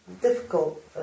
difficult